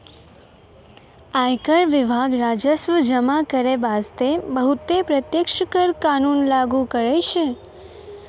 आयकर विभाग राजस्व जमा करै बासतें बहुते प्रत्यक्ष कर कानून लागु करै छै